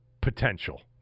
potential